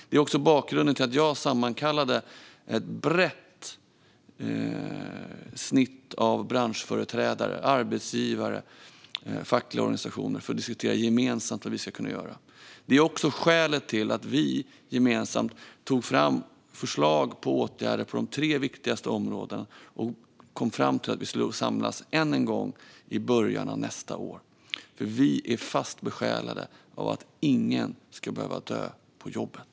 Det är också bakgrunden till att jag sammankallade ett brett snitt av branschföreträdare, arbetsgivare och fackliga organisationer för att diskutera vad vi kan göra gemensamt. Det är också skälet till att vi gemensamt tog fram förslag på åtgärder på de tre viktigaste områdena och kom fram till att vi ska samlas än en gång i början av nästa år. Vi är fast besjälade av att ingen ska behöva dö på jobbet.